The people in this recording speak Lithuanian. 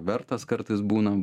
vertas kartais būna